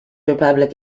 republic